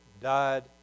died